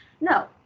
no